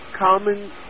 Common